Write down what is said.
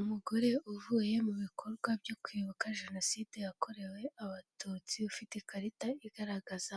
Umugore uvuye mu bikorwa byo kwibuka jenoside yakorewe abatutsi ufite ikarita igaragaza